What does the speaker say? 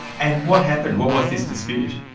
and what happened? what was this dispute?